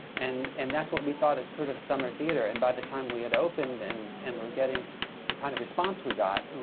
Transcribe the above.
and and that's what we thought, it was sort of a summer theatre. and by the time we had opened and and were getting the kind of response we got,